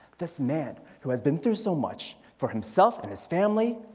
this man who has been through so much for himself and his family.